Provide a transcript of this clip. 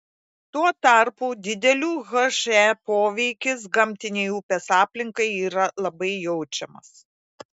tuo tarpu didelių he poveikis gamtinei upės aplinkai yra labai jaučiamas